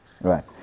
Right